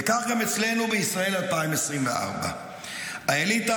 וכך גם אצלנו בישראל 2024. האליטה